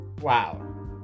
Wow